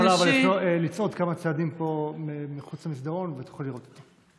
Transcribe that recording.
את יכולה לצעוד כמה צעדים פה מחוץ למסדרון ותוכלי לראות אותו.